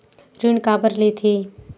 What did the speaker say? ऋण काबर लेथे?